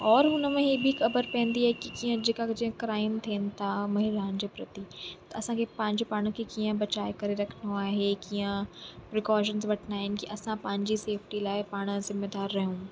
औरि हुन में इहा बि ख़बरु पवंदी आहे की कीअं जेका जेका क्राइम थियनि था महिलाउनि जे प्रति असांखे पंंहिंजे पाण खे कीअं बचाए करे रखिणो आहे कीअं प्रिकॉशन वठिणा आहिनि की असां पंहिंजी सेफ्टी लाइ पाण ज़िमेदारु रहूं